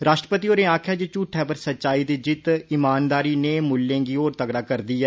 राश्ट्रपति होरें आक्खेआ जे झूठे पर सच्चाई दी जित्त इमानदारी नेह मुल्लें गी होर तगड़ा करदे न